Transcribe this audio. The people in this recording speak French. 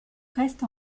restent